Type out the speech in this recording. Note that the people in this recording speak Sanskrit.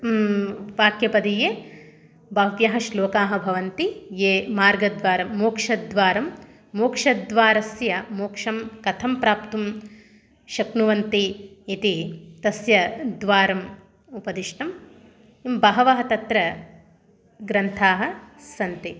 वाक्यपदीये बह्व्यः श्लोकाः भवन्ति ये मार्गद्वारं मोक्षद्वारं मोक्षद्वारस्य मोक्षं कथं प्राप्तुं शक्नुवन्ति इति तस्य द्वारम् उपदिष्टं म् बहवः तत्र ग्रन्थाः सन्ति